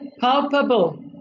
palpable